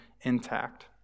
intact